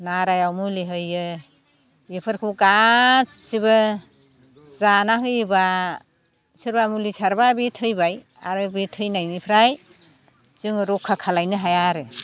नारायाव मुलि होयो बेफोरखौ गासिबो जाना होयोबा सोरबा मुलि सारबा बे थैबाय आरो बे थैनायनिफ्राय जोङो रैखा खालायनो हाया आरो